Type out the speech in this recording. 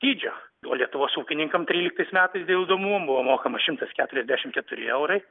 dydžio o lietuvos ūkininkam tryliktais metais dėl įdomumo buvo mokama šimtas keturiasdešimt keturi eurai